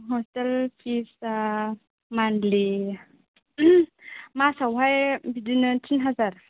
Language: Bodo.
हस्टेल फिस आ मन्थलि मासावहाय बिदिनो थिन हाजार